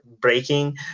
breaking